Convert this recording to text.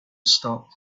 stopped